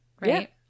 right